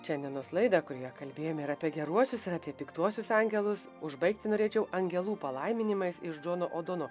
šiandienos laidą kurioje kalbėjome ir apie geruosius ir apie piktuosius angelus užbaigti norėčiau angelų palaiminimais iš džono odono